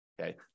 Okay